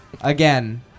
again